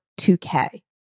2K